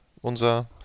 unser